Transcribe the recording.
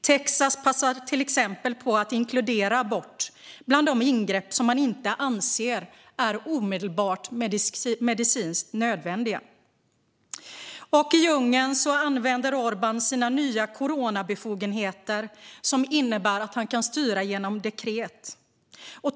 Till exempel Texas passar på att inkludera abort i de ingrepp som man inte anser är omedelbart medicinskt nödvändiga. I Ungern använder Orbán sina nya coronabefogenheter, som innebär att han kan styra genom dekret.